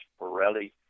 Pirelli